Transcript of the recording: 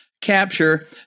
capture